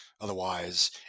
Otherwise